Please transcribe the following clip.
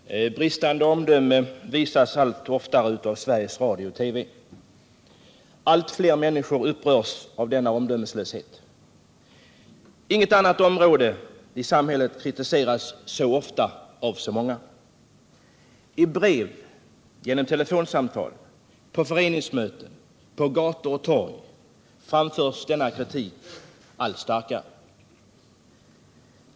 Herr talman! Bristande omdöme visas allt oftare av Sveriges Radio och TV. Allt fler människor upprörs av denna omdömeslöshet. Inget annat område i samhället kritiseras så ofta av så många. I brev och te lefonsamtal, på föreningsmöten, på gator och torg framförs denna kritik allt starkare.